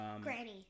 Granny